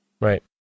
right